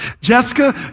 Jessica